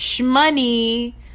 money